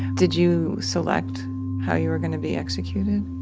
did you select how you were gonna be executed?